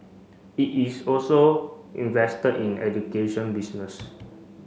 it is also invested in education business